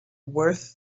worth